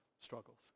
struggles